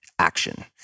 action